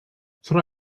tra